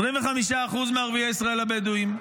25% מערביי ישראל הבדואים,